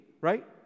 right